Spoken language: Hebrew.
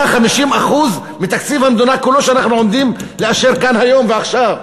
150% של תקציב המדינה כולו שאנחנו עומדים לאשר כאן היום ועכשיו.